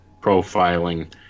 profiling